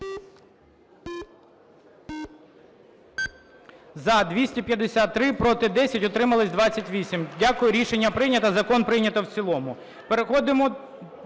За-253 Проти – 10, утримались -28. Дякую. Рішення прийнято. Закон прийнято в цілому.